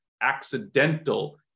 accidental